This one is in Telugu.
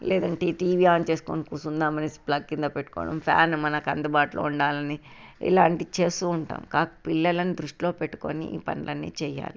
లేదంటే ఈ టీవీ ఆన్ చేసుకొని కూర్చుందాము అనేసి ప్లగ్ కింద పెట్టుకోవడం ఫ్యాన్ మనకు అందుబాటులో ఉండాలని ఇలాంటివి చేస్తూ ఉంటాము పిల్లలను దృష్టిలో పెట్టుకొని ఈ పనులన్నీ చేయాలి